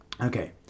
Okay